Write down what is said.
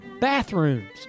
bathrooms